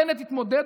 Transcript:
בנט התמודד,